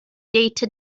data